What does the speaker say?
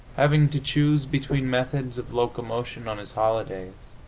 having to choose between methods of locomotion on his holidays,